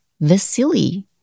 Vasily